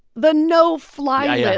the no-fly yeah